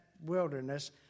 wilderness